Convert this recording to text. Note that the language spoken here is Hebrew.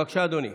בבקשה, אדוני.